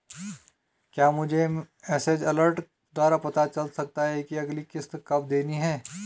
क्या मुझे message alert द्वारा पता चल सकता कि अगली किश्त कब देनी है?